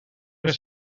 que